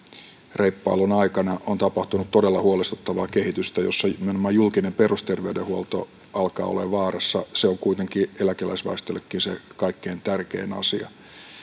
reippailun aikana on tapahtunut todella huolestuttavaa kehitystä jossa nimenomaan julkinen perusterveydenhuolto alkaa olemaan vaarassa se on kuitenkin eläkeläisväestöllekin kaikkein tärkein asia